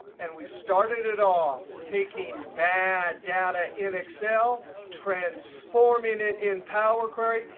and we started it off taking bad data in excel, transforming it in power query,